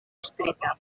escrita